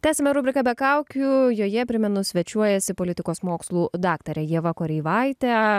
tęsiame rubriką be kaukių joje primenu svečiuojasi politikos mokslų daktarė ieva kareivaitė